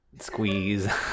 squeeze